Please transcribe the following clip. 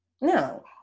No